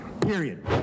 Period